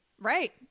Right